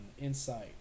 insight